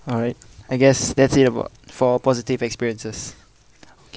alright I guess that's it about for positive experiences